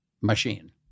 machine